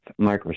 Microsoft